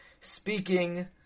speaking